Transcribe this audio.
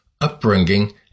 upbringing